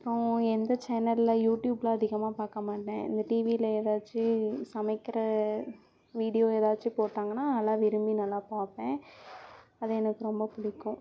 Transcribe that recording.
அப்புறம் எந்த சேனலில் யூடியூப்பில் அதிகமாக பார்க்கமாட்டேன் இந்த டிவியில் ஏதாச்சும் சமைக்கிற வீடியோ ஏதாச்சும் போட்டாங்கன்னால் நல்லா விரும்பி நல்லா பார்ப்பேன் அது எனக்கு ரொம்ப பிடிக்கும்